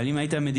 אבל בכל העולם,